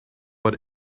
but